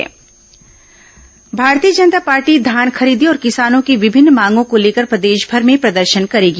भाजपा प्रदर्शन भारतीय जनता पार्टी धान खरीदी और किसानों की विभिन्न मांगों को लेकर प्रदेशमर में प्रदर्शन करेगी